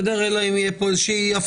אלא אם תהיה פה איזה הפתעה.